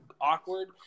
awkward